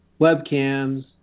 webcams